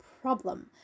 problem